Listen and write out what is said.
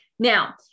Now